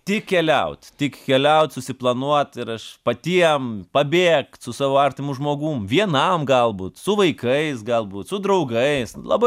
tik keliaut tik keliaut susiplanuot ir aš patiem pabėgt savo artimu žmogum vienam galbūt su vaikais galbūt su draugais labai